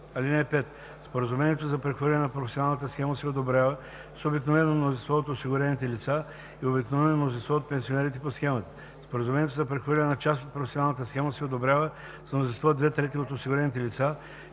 (5) Споразумението за прехвърляне на професионалната схема се одобрява с обикновено мнозинство от осигурените лица и обикновено мнозинство от пенсионерите по схемата. Споразумението за прехвърляне на част от професионалната схема се одобрява с мнозинство две трети от осигурените лица,